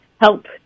help